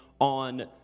on